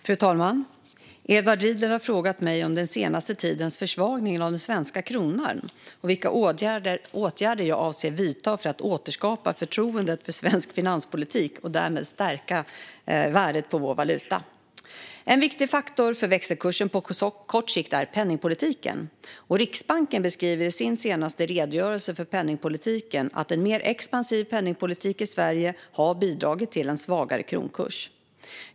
Fru talman! Edward Riedl har frågat mig om den senaste tidens försvagning av den svenska kronan och vilka åtgärder jag avser att vidta för att återskapa förtroendet för svensk finanspolitik och därmed stärka värdet på vår valuta. En viktig faktor för växelkursen på kort sikt är penningpolitiken. Riksbanken beskriver i sin senaste redogörelse för penningpolitiken att en mer expansiv penningpolitik i Sverige har bidragit till en svagare kronkurs.